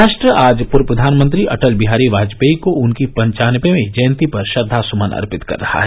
राष्ट्र आज पूर्व प्रधानमंत्री अटल बिहारी वाजपेयी के उनकी पन्वानबेवीं जयंती पर श्रद्वा सुमन अर्पित कर रहा है